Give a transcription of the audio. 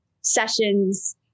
sessions